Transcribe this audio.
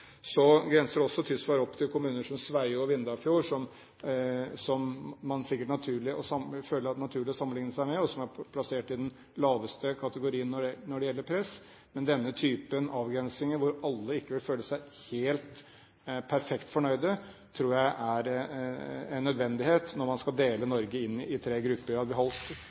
grenser også til kommuner som Sveio og Vindafjord, som man sikkert vil føle det naturlig å sammenligne seg med, og som er plassert i den laveste kategorien når det gjelder press. Men denne typen avgrensinger, hvor ingen vil føle seg helt perfekt fornøyde, tror jeg er en nødvendighet når man skal dele Norge inn i tre grupper.